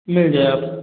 मिल जाए अब